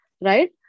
right